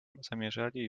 zamierzali